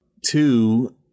Two